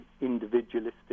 individualistic